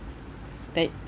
they